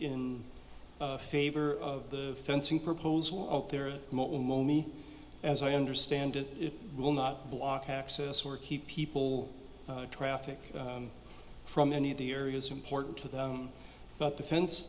in favor of the fencing proposal out there as i understand it will not block access or keep people traffic from any of the areas important to them but the fence